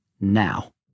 now